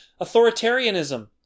authoritarianism